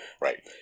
Right